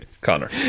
Connor